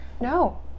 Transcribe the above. No